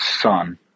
son